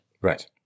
Right